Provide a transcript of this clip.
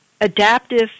adaptive